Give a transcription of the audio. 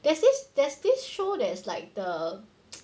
there's this there's this show that is like the